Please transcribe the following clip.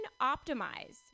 optimize